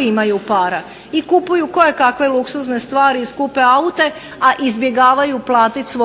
imaju itekako para i kupuju koje kakve luksuzne stvari i skupe aute, a izbjegavaju platiti svoje